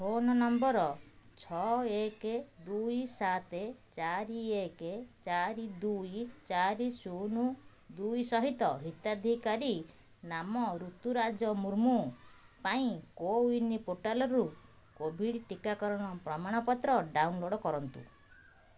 phone number ଛଅ ଏକ ଦୁଇ ସାତ ଚାରି ଏକ ଚାରି ଦୁଇ ଚାରି ଶୂନ ଦୁଇ ସହିତ ହିତାଧିକାରୀ ନାମ ରୁତୁରାଜ ମୁର୍ମୁ ପାଇଁ କୋୱିନ୍ ପୋର୍ଟାଲ୍ରୁ କୋଭିଡ଼୍ ଟିକାକରଣ ପ୍ରମାଣପତ୍ର ଡାଉନଲୋଡ଼୍ କରନ୍ତୁ